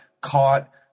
caught